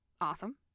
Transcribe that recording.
awesome